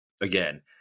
again